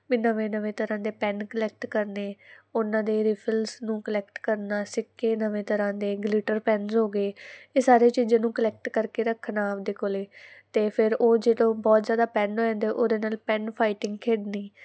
ਵੀ ਨਵੇਂ ਨਵੇਂ ਤਰਾਂ ਦੇ ਪੈੱਨ ਕਲੈਕਟ ਕਰਨੇ ਉਹਨਾਂ ਦੇ ਰਿਫਲਸ ਨੂੰ ਕੁਲੈਕਟ ਕਰਨਾ ਸਿੱਕੇ ਨਵੇਂ ਤਰ੍ਹਾਂ ਦੇ ਗਲਿਟਰ ਪੈਨਸ ਹੋ ਗਏ ਇਹ ਸਾਰੀਆਂ ਚੀਜ਼ਾਂ ਨੂੰ ਕਲੈਕਟ ਕਰਕੇ ਰੱਖਣਾ ਆਪਦੇ ਕੋਲੇ ਤੇ ਫਿਰ ਉਹ ਜਦੋਂ ਬਹੁਤ ਜਿਆਦਾ ਪੈਨ ਹੋ ਜਾਂਦੇ ਉਹਦੇ ਨਾਲ ਪੈੱਨ ਫਾਈਟਿੰਗ ਖੇਡਣੀ